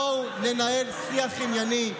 בואו ננהל שיח ענייני.